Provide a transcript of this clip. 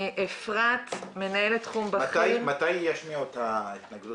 אם תושבים יתנגדו